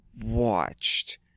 watched